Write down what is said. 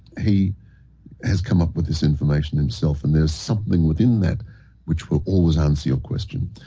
he has come up with this information himself and there is something within that which will always answer your question.